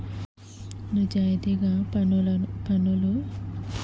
నిజాయితీగా పనులను చెల్లించగలిగితే దేశం వేగవంతంగా అభివృద్ధి చెందుతుంది